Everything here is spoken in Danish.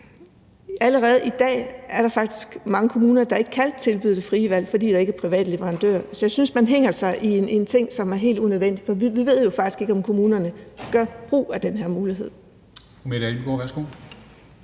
allerede i dag er mange kommuner, der ikke kan tilbyde det frie valg, fordi der ikke er private leverandører. Så jeg synes, man hænger sig i en ting, som er helt unødvendig. For vi ved jo faktisk ikke, om kommunerne gør brug af den her mulighed.